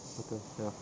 betul ya